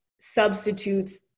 substitutes